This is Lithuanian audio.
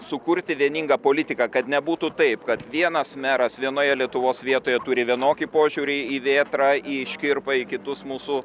sukurti vieningą politiką kad nebūtų taip kad vienas meras vienoje lietuvos vietoje turi vienokį požiūrį į vėtrą į škirpą į kitus mūsų